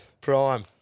Prime